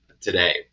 today